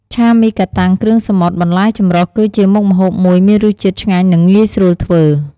ឆាមីកាតាំងគ្រឿងសមុទ្របន្លែចម្រុះគឺជាមុខម្ហូបមួយ មានរសជាតិឆ្ងាញ់ និងងាយស្រួលធ្វើ។